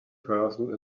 person